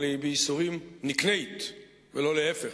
אבל היא בייסורים נקנית ולא להיפך.